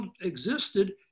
existed